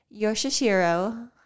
Yoshishiro